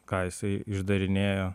ką jisai išdarinėjo